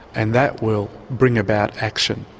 and that will bring about action.